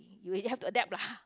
you really have to adapt lah